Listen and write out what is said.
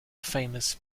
famous